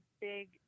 big